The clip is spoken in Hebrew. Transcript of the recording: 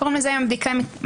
קוראים לזה היום בדיקה מקדימה.